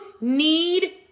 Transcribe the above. need